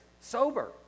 sober